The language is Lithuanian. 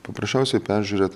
paprasčiausiai peržiūrėt